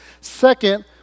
Second